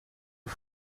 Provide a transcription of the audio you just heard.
een